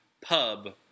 pub